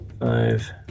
Five